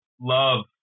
love